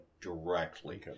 directly